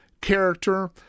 character